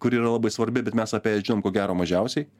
kuri yra labai svarbi bet mes apie ją žinom ko gero mažiausiai